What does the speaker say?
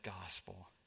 gospel